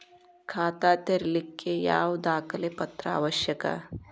ಖಾತಾ ತೆರಿಲಿಕ್ಕೆ ಯಾವ ದಾಖಲೆ ಪತ್ರ ಅವಶ್ಯಕ?